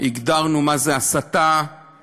הגדרנו "הסתה";